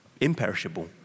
imperishable